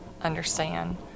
understand